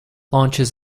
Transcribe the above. launches